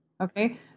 okay